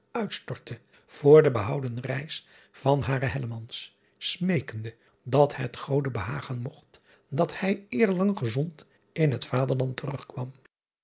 uitstortte voor de behouden reis van haren smeekende dat het ode behagen mogt dat hij eerlang gezond in het aderland terugkwam